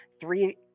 three